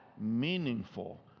meaningful